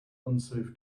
unsafe